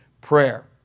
prayer